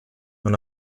non